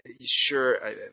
sure